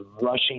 rushing